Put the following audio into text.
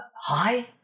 Hi